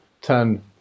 Turn